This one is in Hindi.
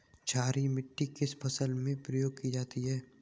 क्षारीय मिट्टी किस फसल में प्रयोग की जाती है?